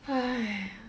!haiya!